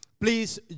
Please